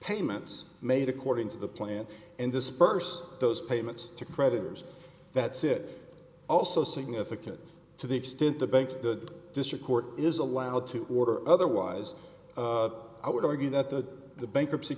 payments made according to the plan and disperse those payments to creditors that's it also significant to the extent the bank the district court is allowed to order otherwise i would argue that the the bankruptcy